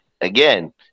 Again